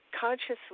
consciously